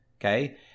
Okay